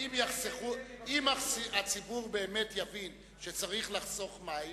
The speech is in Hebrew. אם הציבור יבין באמת שצריך לחסוך מים,